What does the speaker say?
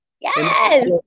Yes